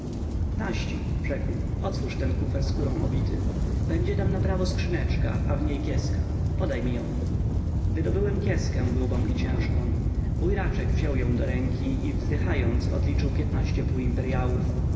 naści rzekł otwórz ten kufer skórą obity będzie tam naprawo skrzyneczka a w niej kieska podaj mi ją wydobyłem kieskę grubą i ciężką wuj raczek wziął ją do ręki i wzdychając odliczył piętnaście półimperyałów